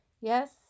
Yes